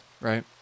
right